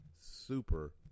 super